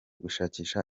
gushakisha